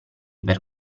per